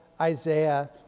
Isaiah